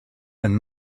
and